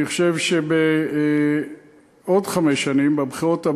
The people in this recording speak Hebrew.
ואני חושב שבעוד חמש שנים, בבחירות הבאות,